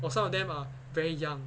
or some of them are very young